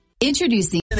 Introducing